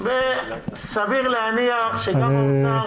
סביר להניח שהאוצר